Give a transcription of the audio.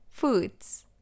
Foods